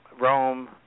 Rome